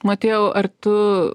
motiejau ar tu